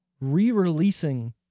re-releasing